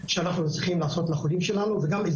שאנחנו צריכים לתת לחולים שלנו וגם את